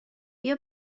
بیا